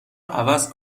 عوض